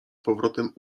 powrotem